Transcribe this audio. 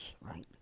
right